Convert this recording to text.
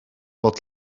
bod